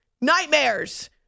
Nightmares